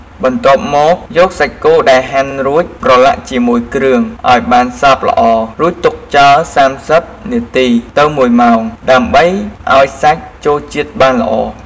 បន្ទាប់មកយកសាច់គោដែលហាន់រួចប្រឡាក់ជាមួយគ្រឿងឱ្យបានសព្វល្អ រួចទុកចោល ៣០ នាទីទៅ ១ ម៉ោង ដើម្បីឱ្យសាច់ចូលជាតិបានល្អ។